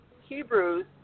Hebrews